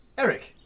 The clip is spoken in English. eric!